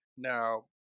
Now